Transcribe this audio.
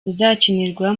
uzakinirwa